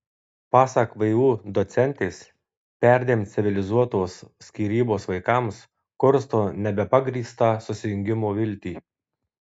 pasak vu docentės perdėm civilizuotos skyrybos vaikams kursto nebepagrįstą susijungimo viltį